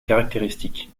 caractéristique